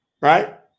right